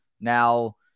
Now